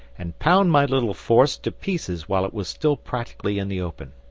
and pound my little force to pieces while it was still practically in the open.